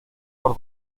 por